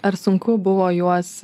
ar sunku buvo juos